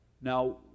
Now